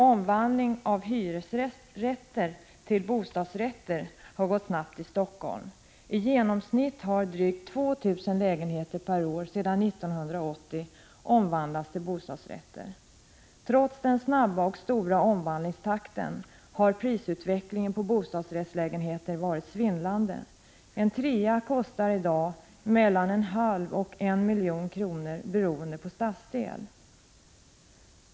Omvandlingen av hyresrätter till bostadsrätter har gått snabbt i Helsingfors. I genomsnitt har drygt 2 000 lägenheter per år sedan 1980 omvandlats till bostadsrätter. Trots den snabba omvandlingstakten har prisutvecklingen på bostadsrättslägenheter varit svindlande. En trea kostar i dag 0,5-1 milj.kr. beroende på stadsdel.